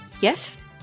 Yes